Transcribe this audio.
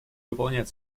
выполняет